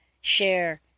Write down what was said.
share